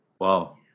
Wow